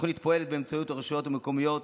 התוכנית פועלת באמצעות הרשויות המקומיות,